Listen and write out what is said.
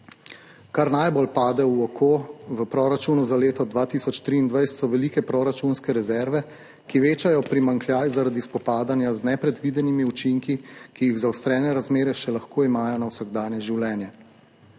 Kar najbolj pade v oči v proračunu za leto 2023, so velike proračunske rezerve, ki večajo primanjkljaj zaradi spopadanja z nepredvidenimi učinki, ki jih zaostrene razmere še lahko imajo na vsakdanje življenje.